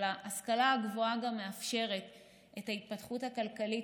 אבל ההשכלה הגבוהה מאפשרת גם את ההתפתחות הכלכלית